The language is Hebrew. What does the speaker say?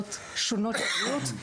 מבעיות שונות של בריאות.